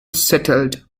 settled